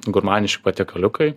gurmaniški patiekaliukai